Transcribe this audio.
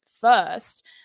first